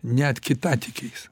net kitatikiais